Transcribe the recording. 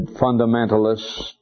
fundamentalists